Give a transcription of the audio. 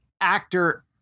actor